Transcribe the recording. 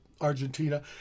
Argentina